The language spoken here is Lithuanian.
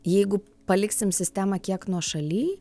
jeigu paliksim sistemą kiek nuošaly